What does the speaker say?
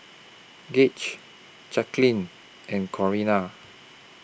Gauge Jacquelin and Corina